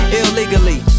illegally